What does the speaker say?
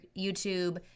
YouTube